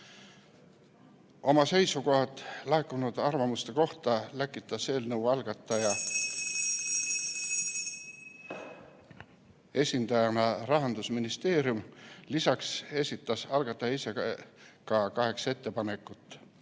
Oma seisukohad laekunud arvamuste kohta läkitas eelnõu algataja esindajana Rahandusministeerium. Lisaks esitas algataja ise ka kaheksa ettepanekut